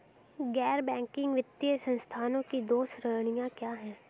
गैर बैंकिंग वित्तीय संस्थानों की दो श्रेणियाँ क्या हैं?